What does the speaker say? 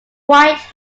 white